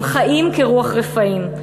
הם חיים כרוח רפאים,